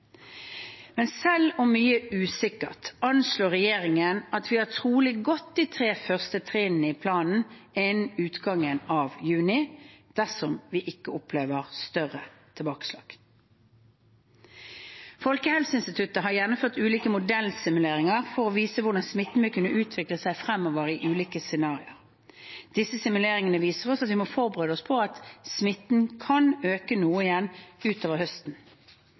Selv om mye er usikkert, anslår regjeringen at vi trolig har gått de tre første trinnene i planen innen utgangen av juni dersom vi ikke opplever større tilbakeslag. Folkehelseinstituttet har gjennomført ulike modellsimuleringer for å vise hvordan smitten vil kunne utvikle seg fremover i ulike scenarioer. Disse simuleringene viser at vi må forberede oss på at smitten kan øke noe igjen utover høsten.